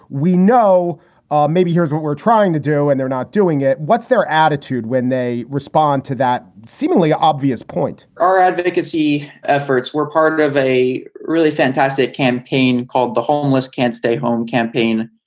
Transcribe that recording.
we know ah maybe here's what we're trying to do and they're not doing it. what's their attitude? when they respond to that seemingly obvious point, our advocacy efforts were part of a really fantastic campaign called the homeless can't stay home campaign,